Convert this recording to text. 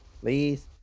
Please